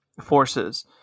forces